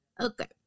Okay